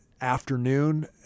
afternoon